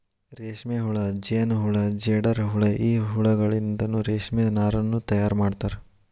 ರೇಷ್ಮೆಹುಳ ಜೇನಹುಳ ಜೇಡರಹುಳ ಈ ಹುಳಗಳಿಂದನು ರೇಷ್ಮೆ ನಾರನ್ನು ತಯಾರ್ ಮಾಡ್ತಾರ